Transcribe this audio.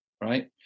right